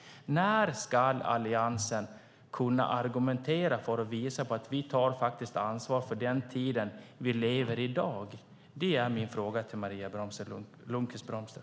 När ska Alliansen visa att man tar ansvar för den tid vi i dag lever i? Det är min fråga till Maria Lundqvist-Brömster.